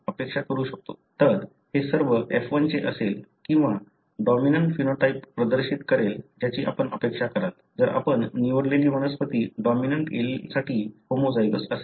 तर हे सर्व F1 चे असेल किंवा डॉमिनंट फिनोटाइप प्रदर्शित करेल ज्याची आपण अपेक्षा कराल जर आपण निवडलेली वनस्पती डॉमिनंट एलीलसाठी होमोझायगस असेल